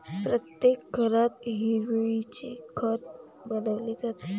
प्रत्येक घरात हिरवळीचे खत बनवले जाते